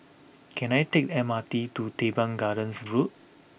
can I take M R T to Teban Gardens Road